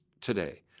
today